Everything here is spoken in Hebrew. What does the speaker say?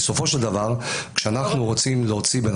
בסופו של דבר כשאנחנו רוצים להוציא בן